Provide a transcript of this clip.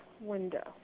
window